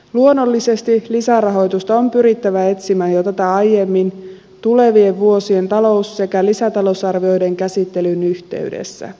luonnollisesti lisärahoitusta on pyrittävä etsimään jo tätä aiemmin tulevien vuosien talous sekä lisätalousarvioiden käsittelyn yhteydessä